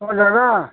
অ দাদা